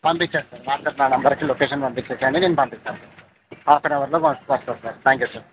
పంపించండి sir WhatsApp ద్వారా నా నెంబర్కి లొకేషన్ పంపించగానే నేను పంపిస్తాను హాఫ్ ఆన్ అవర్లో పట్టుకొస్తారు సార్ థ్యాంక్ యూ సార్